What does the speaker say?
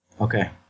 okay